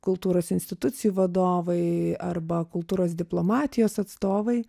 kultūros institucijų vadovai arba kultūros diplomatijos atstovai